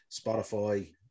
Spotify